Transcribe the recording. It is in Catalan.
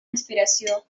inspiració